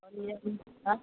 অঁ নিৰামিষ ভাত